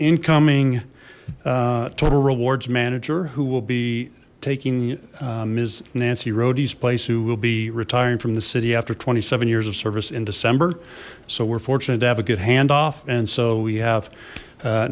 incoming total rewards manager who will be taking ms nancy rody's place who will be retiring from the city after twenty seven years of service in december so we're fortunate to have a good handoff and so we have